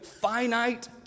finite